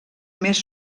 més